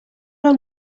long